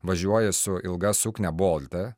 važiuoji su ilga suknia bolte